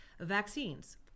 Vaccines